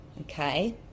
okay